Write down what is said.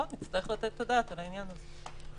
היא תצטרך לתת את הדעת על העניין הזה.